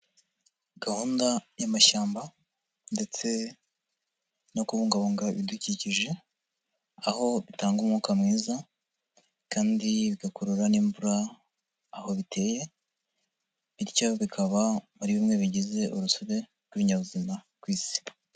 Gahunda y'amashyamba ndetse no kubungabunga ibidukikije aho bitanga umwuka mwiza kandi bigakurura n'imvura aho biteye bityo bikaba muri bimwe bigize urusobe rw'ibinyabuzima ku isi.